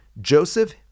Joseph